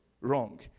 wrong